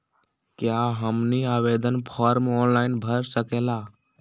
क्या हमनी आवेदन फॉर्म ऑनलाइन भर सकेला?